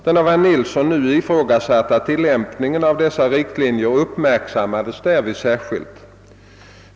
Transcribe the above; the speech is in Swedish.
Den av herr Nilsson nu ifrågasatta tilllämpningen av dessa riktlinjer uppmärksammades därvid särskilt.